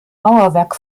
mauerwerk